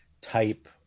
type